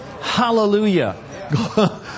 Hallelujah